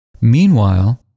Meanwhile